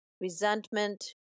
resentment